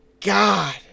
God